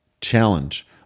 challenge